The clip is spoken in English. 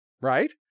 right